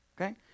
Okay